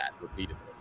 repeatedly